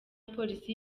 polisi